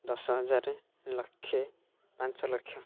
ଦଶ ହଜାର ଲକ୍ଷ ପାଞ୍ଚ ଲକ୍ଷ